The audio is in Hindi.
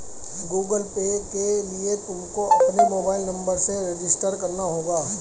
गूगल पे के लिए तुमको अपने मोबाईल नंबर से रजिस्टर करना होगा